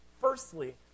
firstly